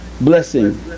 blessing